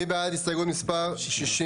מי בעד הסתייגות מספר 61?